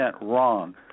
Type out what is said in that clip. wrong